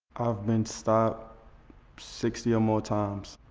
i've been stopped sixty or more times.